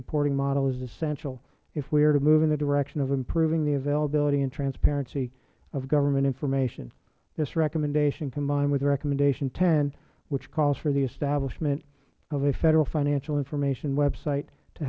reporting model is essential if we are move in the direction of improving the availability and transparency of government information this recommendation combined with recommendation ten which calls for the establishment of a federal financial information website to